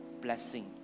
blessing